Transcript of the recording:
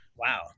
Wow